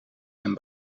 zijn